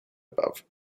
above